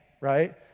right